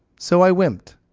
so i wimped.